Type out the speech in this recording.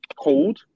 cold